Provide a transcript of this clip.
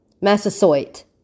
Massasoit